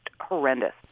horrendous